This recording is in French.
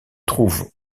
trouve